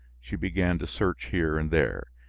she began to search here and there.